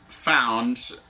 found